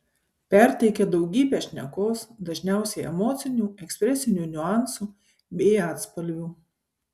perteikia daugybę šnekos dažniausiai emocinių ekspresinių niuansų bei atspalvių